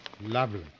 Lovely